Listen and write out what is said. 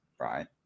right